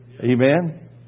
Amen